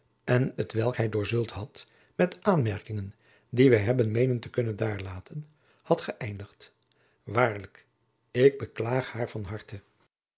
en t welk hij doorzult had met aanmerkingen die wij hebben meenen te kunnen daarlaten had geëindigd waarlijk ik beklaag haar van harte